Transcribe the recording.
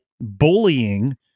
bullying